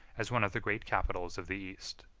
as one of the great capitals of the east.